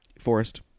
Forest